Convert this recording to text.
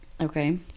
Okay